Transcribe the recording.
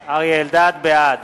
אלדד, בעד